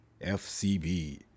FCB